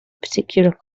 particular